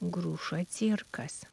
grušo cirkas